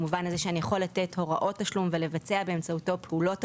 במובן הזה שאני יכול לתת הוראות תשלום ולבצע באמצעותו פעולות תשלום.